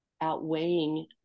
outweighing